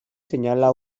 señala